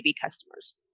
customers